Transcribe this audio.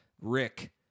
Rick